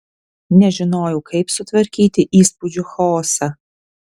nežinojau kaip sutvarkyti įspūdžių chaosą